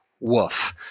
Woof